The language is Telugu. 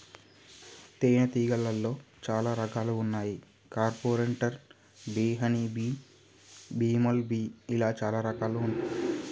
తేనే తీగలాల్లో చాలా రకాలు వున్నాయి carpenter bee honey bee, bumble bee ఇలా చాలా రకాలు